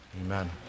Amen